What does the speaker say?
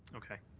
okay.